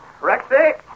Rexy